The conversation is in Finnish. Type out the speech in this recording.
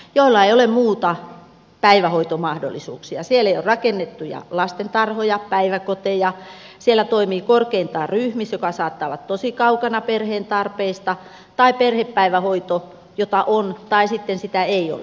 siellä ei ole rakennettuja lastentarhoja eikä päiväkoteja siellä toimii korkeintaan ryhmis joka saattaa olla tosi kaukana perheen tarpeista tai perhepäivähoito jota on tai sitten sitä ei ole